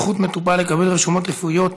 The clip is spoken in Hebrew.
זכות מטופל לקבל רשומות רפואיות),